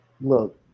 look